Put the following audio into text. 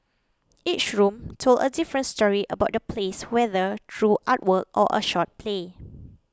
each room told a different story about the place whether through artwork or a short play